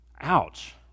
Ouch